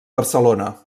barcelona